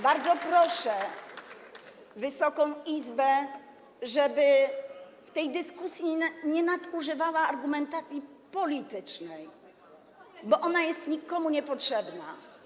Bardzo proszę Wysoką Izbę, żeby w tej dyskusji nie nadużywała argumentacji politycznej, bo ona jest nikomu niepotrzebna.